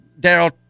Daryl